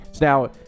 Now